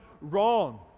wrong